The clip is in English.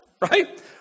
right